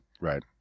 right